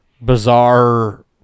bizarre